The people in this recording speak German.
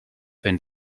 wenn